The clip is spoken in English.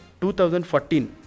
2014